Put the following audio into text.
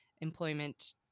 employment